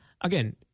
Again